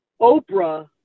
Oprah